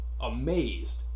amazed